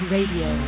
Radio